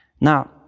Now